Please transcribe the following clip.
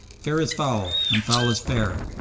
fair is foul, and foul is fair,